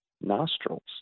nostrils